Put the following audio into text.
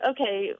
Okay